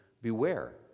Beware